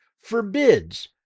forbids